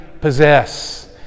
possess